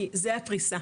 כי זה הפריסה,